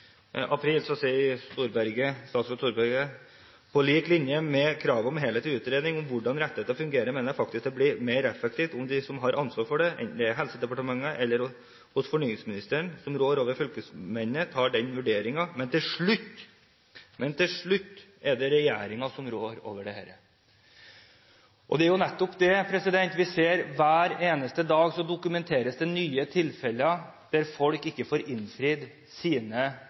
sier altså daværende statsråd Storberget: «På lik linje med kravet om en helhetlig utredning om hvordan rettigheter fungerer, mener jeg faktisk at det blir mer effektivt om de som har ansvaret for dette, enten det er i Helsedepartementet eller hos fornyingsministeren som rår over fylkesmennene, tar den vurderingen, men til slutt er det jo regjeringa som rår over det.» Det er jo nettopp dette vi ser. Hver eneste dag dokumenteres det nye tilfeller der folk ikke får innfridd sine